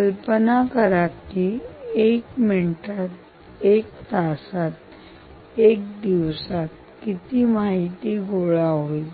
कल्पना करा की 1 मिनिटात 1 तास 1 दिवसात किती माहिती गोळा होईल